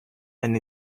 and